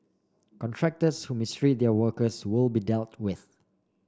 contractors who mistreat their workers will be dealt with